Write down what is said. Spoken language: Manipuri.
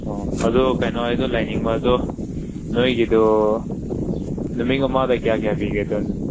ꯑꯣ ꯑꯗꯨ ꯀꯩꯅꯣ ꯑꯩꯗꯨ ꯂꯩꯅꯤꯡꯕ ꯑꯗꯨ ꯅꯣꯏꯒꯤꯗꯣ ꯅꯨꯃꯤꯠ ꯑꯃꯗ ꯀꯌꯥ ꯀꯌꯥ ꯄꯤꯒꯦ